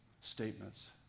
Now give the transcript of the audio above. statements